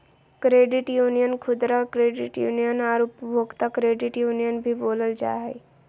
credit union खुदरा credit union आर उपभोक्ता क्रेडिट यूनियन भी बोलल जा हइ